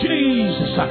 Jesus